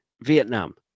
vietnam